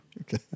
Okay